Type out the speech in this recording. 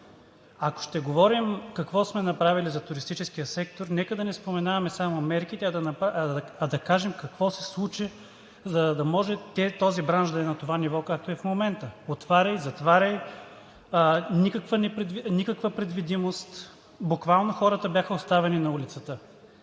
Ако ще говорим какво сме направили за туристическия сектор, нека да не споменаваме само мерките, а да кажем какво се случи, за да може този бранш да е на това ниво, както е в момента – отваряй, затваряй, никаква предвидимост, буквално хората бяха оставени на улицата.